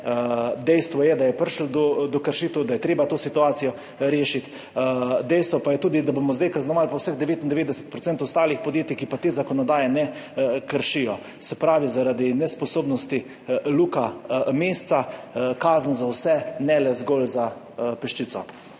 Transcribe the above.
Dejstvo je, da je prišlo do kršitev, da je treba to situacijo rešiti. Dejstvo pa je tudi, da bomo zdaj kaznovali vseh 99 % ostalih podjetij, ki pa te zakonodaje ne kršijo. Zaradi nesposobnosti Luke Mesca kazen za vse, ne le zgolj za peščico.